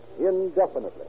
indefinitely